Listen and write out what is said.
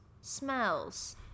smells